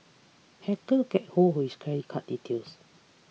hackers get hold of his credit card details